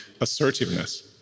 assertiveness